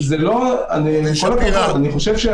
אני עובד בתחום הזה של חדלות פירעון באמת הרבה שנים,